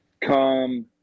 come